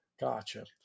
Gotcha